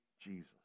Jesus